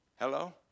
Hello